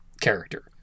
character